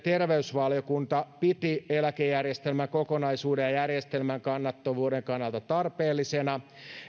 terveysvaliokunta piti eläkejärjestelmän kokonaisuuden ja järjestelmän kannattavuuden kannalta tarpeellisena